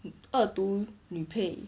恶毒女配